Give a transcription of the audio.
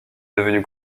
devenu